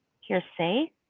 hearsay